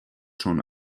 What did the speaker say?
schon